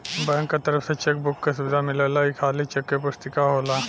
bank क तरफ से चेक बुक क सुविधा मिलेला ई खाली चेक क पुस्तिका होला